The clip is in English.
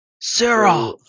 Sarah